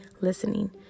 listening